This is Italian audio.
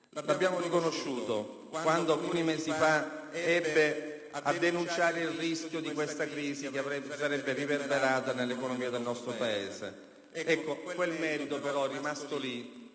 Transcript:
abbiamo riconosciuto quando alcuni mesi fa ebbe a denunciare il rischio di questa crisi che si sarebbe riverberata nell'economia del nostro Paese. Quel merito però è rimasto lì,